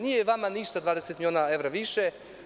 Nije vama ništa 20 miliona evra više.